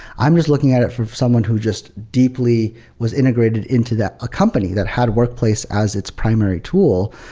i'm just looking at it from someone who just deeply was integrated into that, a company that had workplace as its primary tool.